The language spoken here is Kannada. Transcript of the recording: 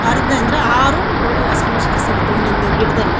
ಹರ್ದ್ ಅಂದರೆ ಆರು ಏಳು ಹಸಿಮೆಣ್ಶಿಕಾಯ್ ಸಿಗುತ್ತೆ ಒಂದೊಂದು ಗಿಡದಲ್ಲಿ